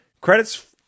credits